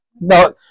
No